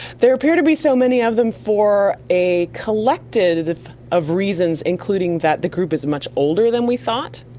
there appear to be so many of them for a collective of reasons, including that the group is much older than we thought,